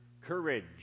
courage